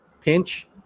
Pinch